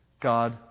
God